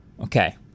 okay